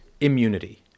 immunity